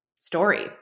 story